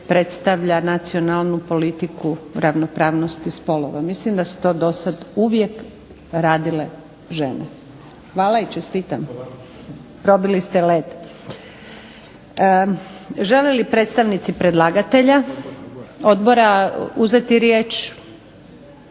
predstavlja nacionalnu politiku ravnopravnosti spolova. Mislim da su to dosad uvijek radile žene. Hvala i čestitam. Probili ste led. Žele li predstavnici odbora uzeti riječ?